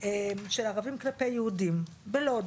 של ערבים כלפי יהודים בלוד.